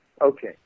Okay